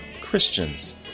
Christians